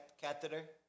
catheter